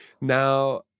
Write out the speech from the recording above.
Now